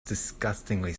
disgustingly